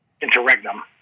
interregnum